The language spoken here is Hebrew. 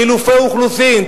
חילופי אוכלוסין,